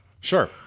Sure